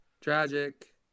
Tragic